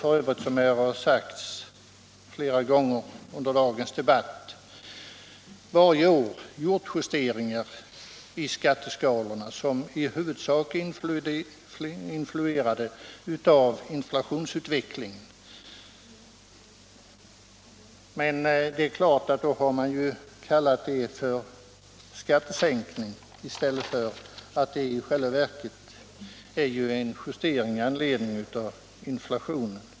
Vi har f. ö., som det har sagts flera gånger under dagens debatt, varje år gjort justeringar i skatteskalorna, som i huvudsak varit influerade av inflationsutvecklingen. Men det har man kallat för skattesänkningar i stället för — vilket det i själva verket är — en justering i anledning av inflationen.